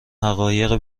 حقایق